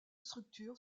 structure